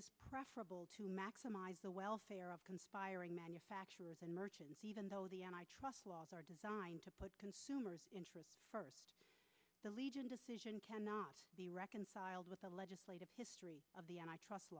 is preferable to maximize the welfare of conspiring manufacturers and merchants even though the antitrust laws are designed to put consumers first the legion decision cannot be reconciled with the legislative history of the antitrust